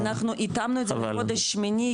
אנחנו התאמנו את זה לחודש שמיני,